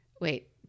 Wait